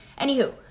Anywho